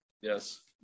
yes